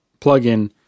plugin